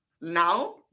now